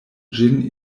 ĝin